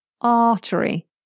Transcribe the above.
Artery